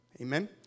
Amen